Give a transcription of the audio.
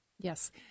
Yes